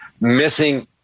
missing